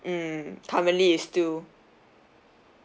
mm currently is still